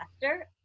faster